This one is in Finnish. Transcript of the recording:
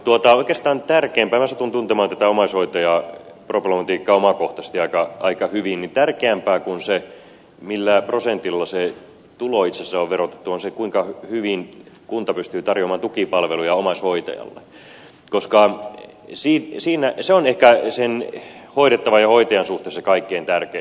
mutta oikeastaan tärkeämpää minä satun tuntemaan tätä omaishoitajaproblematiikkaa omakohtaisesti aika hyvin kuin se millä prosentilla se tulo itse asiassa on verotettu on se kuinka hyvin kunta pystyy tarjoamaan tukipalveluja omaishoitajalle koska se on ehkä sen hoidettavan ja hoitajan suhteessa kaikkein tärkein asia